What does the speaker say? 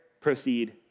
proceed